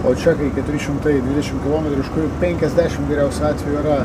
o čia kai keturi šimtai dvidešimt kilometrų iš kurių penkiasdešimt geriausiu atveju yra